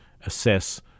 assess